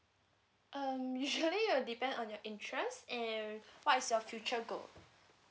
um usually uh will depend on your interest and what is your future goal